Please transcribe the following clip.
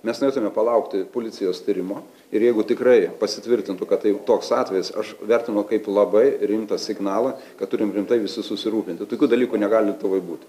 mes norėtume palaukti policijos tyrimo ir jeigu tikrai pasitvirtintų kad tai toks atvejis aš vertinu kaip labai rimtą signalą kad turim rimtai visi susirūpinti tokių dalykų negali būt